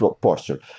posture